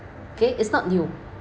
okay it's not new